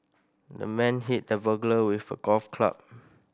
the man hit the burglar with a golf club